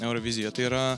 eurovizija tai yra